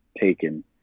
taken